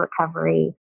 recovery